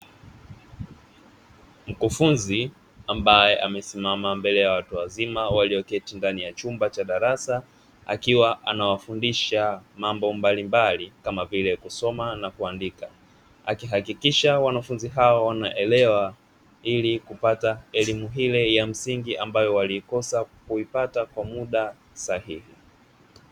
Mkufunzi ambaye amesimama mbele ya watu wazima walioketi ndani ya chumba cha darasa akiwa anawafundisha mambo mbalimbali kama vile kusoma na kuandika akihakikisha wanafunzi hao wanaelewa ili kupata elimu ile ya msingi ambayo walikosa kuipata kwa muda sahihi.